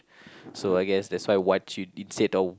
so I guess that's why what you did instead of